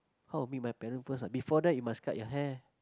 how meet my parents first ah before that you must cut your hair